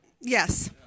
Yes